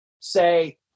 say